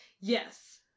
Yes